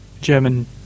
German